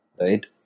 right